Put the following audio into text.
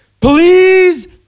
please